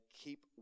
keep